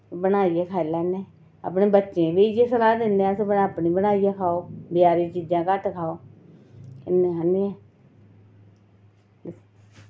बनाइयै खाई लैन्ने अपने बच्चें बी इयै सलाह् दिन्ने अस वे अपनी बनाइयै खाओ बजारें चीजां घट्ट खाओ